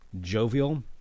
jovial